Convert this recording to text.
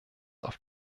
auf